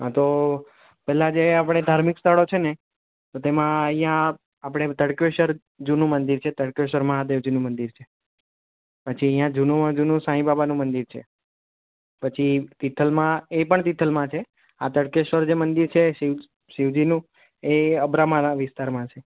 હાં તો પેહલા જે આપણે ધાર્મિક સ્થળો છેને તો તેમાં અહિયાં આપણે તડકેશ્વર જૂનું મંદિર છે તડકેશ્વર મહાદેવજીનું મંદિર છે પછી અહિયાં જૂનુંમાં જૂનું સાઈબાબાનું મંદિર છે પછી તીથલમાં એ પણ તીથલમાં છે આ તડકેશ્વર જે મંદિર છે એ શિવજીનું એ અબ્રામરા વિસ્તારમાં છે